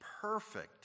perfect